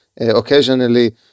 occasionally